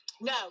no